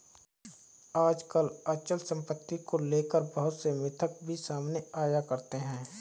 आजकल अचल सम्पत्ति को लेकर बहुत से मिथक भी सामने आया करते हैं